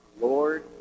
Lord